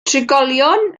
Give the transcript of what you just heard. trigolion